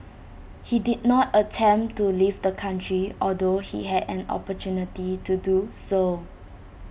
he did not attempt to leave the country although he had an opportunity to do so